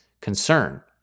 concern